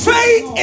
Faith